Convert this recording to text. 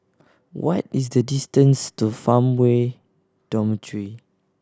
what is the distance to Farmway Dormitory